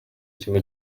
kiba